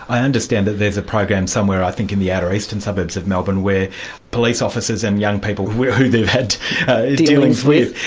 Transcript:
i understand that there's a program somewhere i think in the outer eastern suburbs of melbourne, where police officers and young people who they've had dealing with,